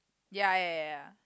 ya ya ya ya